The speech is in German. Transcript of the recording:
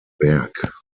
werk